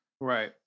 Right